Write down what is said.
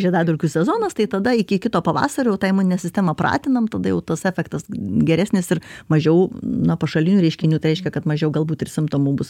žiedadulkių sezonas tai tada iki kito pavasario tą imuninę sistemą pratinam tada jau tas efektas geresnis ir mažiau na pašalinių reiškinių tai reiškia kad mažiau galbūt ir simptomų bus